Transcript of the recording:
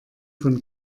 von